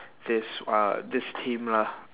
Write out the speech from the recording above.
this uh this team lah